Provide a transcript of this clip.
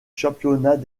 championnat